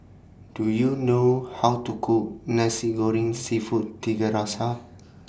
Do YOU know How to Cook Nasi Goreng Seafood Tiga Rasa